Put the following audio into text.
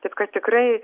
taip kad tikrai